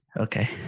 Okay